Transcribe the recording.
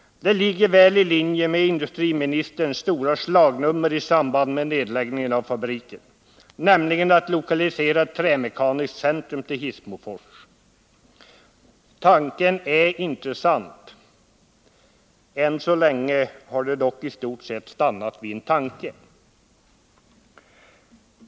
Det ligger väl i linje med industriministerns stora slagnummer i samband med nedläggningen av fabriken, nämligen att lokalisera ett trämekaniskt centrum till Hissmofors. Tanken är intressant. Än så länge har det dock i stort sett stannat vid en tanke.